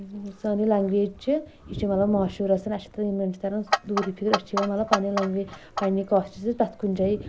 سٲنۍ یہِ لیٚنٛگویج چھِ یہِ چھِ مطلب مشہوٗر آسان اَسہِ چھِ یِمَن چھ ترن دوٗرِ فِکرِ أسۍ چھِ یِوان مطلب پَنٕنہِ لیٚنٛگویج پَنٕنہِ کٲشِر سۭتۍ پریٚتھ کُنہِ جایہِ